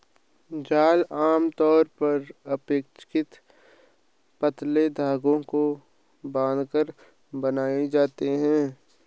जाल आमतौर पर अपेक्षाकृत पतले धागे को बांधकर बनाए जाते हैं